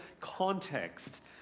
context